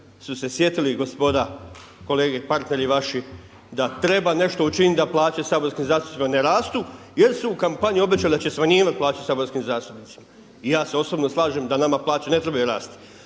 su se sjetili gospoda kolege partneri vaši da treba nešto učiniti da plaće saborskim zastupnicima ne rastu jel su u kampanji obećali da će smanjivati plaće saborskim zastupnicima. I ja se osobno slažem da nama plaće ne trebaju rasti,